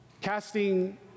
Casting